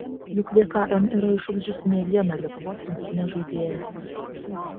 juk vkm yra išugdžiusi ne vieną lietuvos rinktinės žaidėją